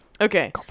Okay